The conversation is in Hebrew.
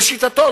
לשיטתו,